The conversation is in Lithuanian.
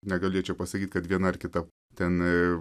negalėčiau pasakyt kad viena ar kita ten